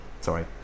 sorry